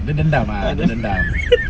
dia dendam ah dia dendam